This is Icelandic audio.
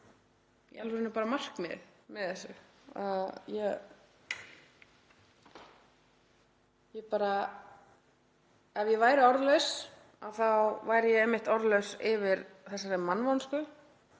í alvörunni bara markmiðið með þessu. Ef ég væri orðlaus þá væri ég einmitt orðlaus yfir þessari mannvonsku.